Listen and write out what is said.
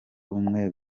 umwe